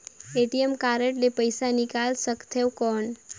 ATM card ले पइसा निकाल सकथे थव कौन?